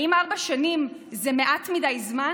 האם ארבע שנים זה מעט מדי זמן?